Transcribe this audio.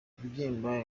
kubyimba